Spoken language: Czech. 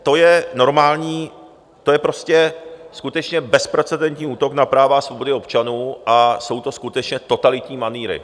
To je normální, to je prostě skutečně bezprecedentní útok na práva a svobody občanů a jsou to skutečně totalitní manýry.